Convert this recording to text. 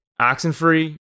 Oxenfree